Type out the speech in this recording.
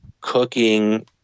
cooking